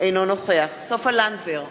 אינו נוכח סופה לנדבר,